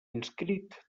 inscrit